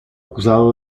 acusado